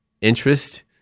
interest